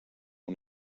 una